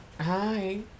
Hi